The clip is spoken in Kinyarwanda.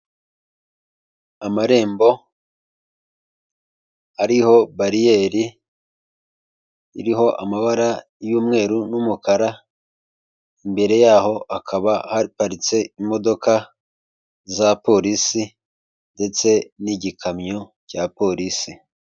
Amarembo ariho bariyeri iriho amabara y'umweru n'umukara, imbere yaho hakaba haparitse imodoka za polisi ndetse n'igikamyo cya polisi.